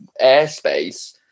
airspace